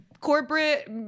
Corporate